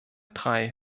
drei